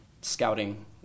scouting